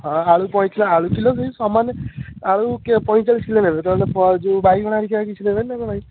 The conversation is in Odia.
ହଁ ଆଳୁ ପଇସା ଆଳୁ କିଲୋ ବି ସମାନେ ଆଳୁ କେ ପଇଁଚାଳିଶ ନେବେ ଯେଉଁ ବାଇଗଣ ହେରିକା କିଛି ନେବେନି ନା କଣ ଭାଇ